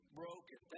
broken